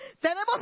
tenemos